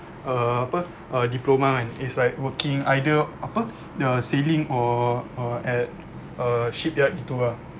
err apa err diploma kan is like working either apa the sailing or or at a shipyard gitu ah